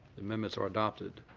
the amendments are adopted.